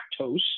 lactose